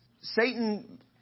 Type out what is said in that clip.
Satan